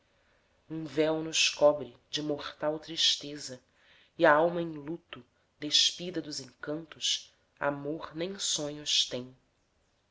um véu nos cobre de mortal tristeza e a alma em luto despida dos encantos amor nem sonhos tem